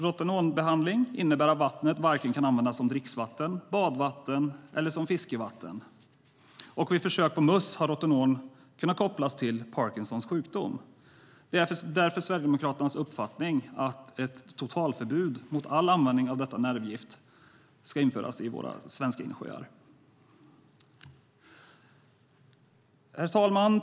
Rotenonbehandling innebär att vattnet varken kan användas som dricksvatten, badvatten eller som fiskevatten, och vid försök på möss har rotenon kunnat kopplas till Parkinsons sjukdom. Därför är det Sverigedemokraternas uppfattning att ett totalförbud ska införas mot all användning av detta nervgift i våra svenska insjöar. Herr talman!